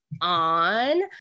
on